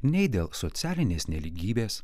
nei dėl socialinės nelygybės